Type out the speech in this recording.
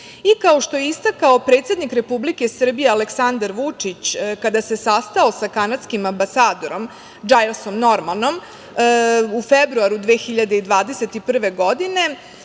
Kao što je istakao i predsednik Republike Srbije, Aleksandar Vučić, kada se sastao sa kanadskim ambasadorom DŽajlsom Normanom u februaru 2021. godine,